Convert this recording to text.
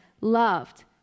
loved